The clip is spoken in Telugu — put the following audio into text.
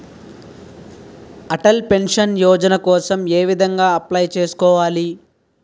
అటల్ పెన్షన్ యోజన కోసం ఏ విధంగా అప్లయ్ చేసుకోవాలి?